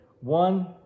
One